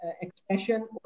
expression